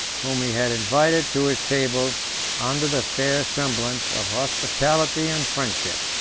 whom he had invited to his table under the fair semblance of hospitality and friendship.